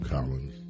Collins